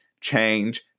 change